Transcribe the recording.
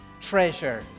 Treasure